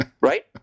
right